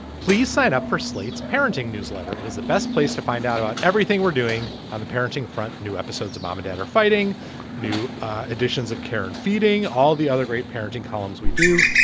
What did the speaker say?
please sign up for slate's parenting newsletter is the best place to find out about everything we're doing on the parenting front new episodes of mom and dad are fighting new additions of care and feeding all the other great parenting columns we do.